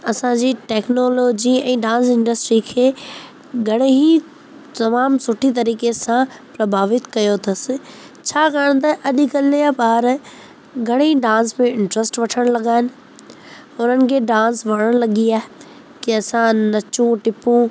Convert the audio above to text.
असांजी टैक्नोलॉजी ऐं dance industry खे घणे ई तमामु सुठी तरीक़े सां प्रभावित कयो अथसि छाकाणि त अॼुकल्ह जा ॿार घणेई डांस में इंट्रस्ट वठण लॻा आहिनि हुननि खे डांस वणणु लॻियो आहे की असां नचू टपू